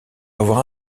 avoir